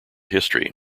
history